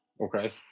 Okay